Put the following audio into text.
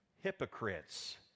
hypocrites